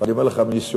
ואני אומר לך מניסיוני,